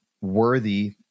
worthy